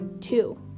Two